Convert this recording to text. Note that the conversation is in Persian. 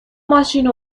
ماشین